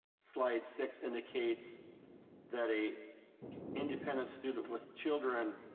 slide six indicates that a independent student with children